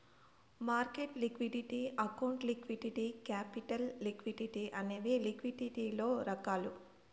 market liquidity account liquidity capital liquidity అనేవి లిక్విడిటీలలో రకాలు